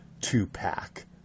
two-pack